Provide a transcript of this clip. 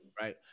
Right